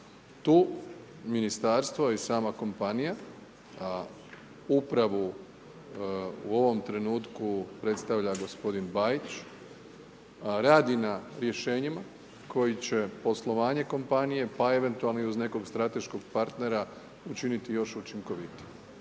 tu ministarstvo i sama kompanija a upravu u ovom trenutku predstavlja gospodin Bajić, radi na rješenjima koji će poslovanje kompanije pa eventualno i uz nekog strateškog partnera, učiniti još učinkovitije.